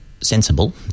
sensible